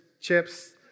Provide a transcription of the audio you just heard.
chips